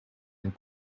and